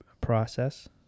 Process